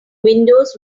windows